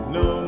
no